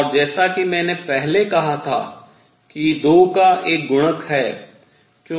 और जैसा कि मैंने पहले कहा था कि दो का एक गुणक है